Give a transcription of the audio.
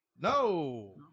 No